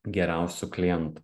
geriausių klientų